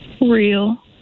Real